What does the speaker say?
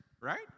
right